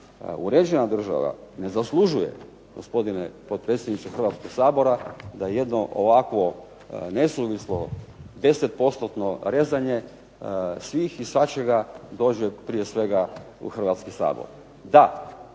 uređena država ne zaslužuje gospodine potpredsjedniče Hrvatskoga sabora da jedno ovakvo nesuvislo, 10%-tnom rezanje svih i svačega dođe prije svega u Hrvatski sabor. Da,